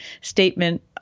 statement